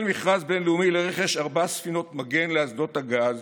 מכרז בין-לאומי לרכש ארבע ספינות מגן לאסדות הגז